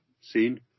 seen